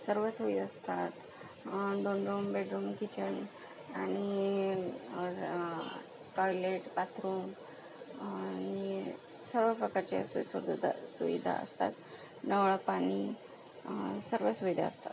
सर्व सोयी असतात दोन रूम बेडरूम किचन आणि टॉयलेट बाथरूम आणि सर्व प्रकारच्या सोई सुविधा सुविधा असतात नळ पाणी सर्व सुविधा असतात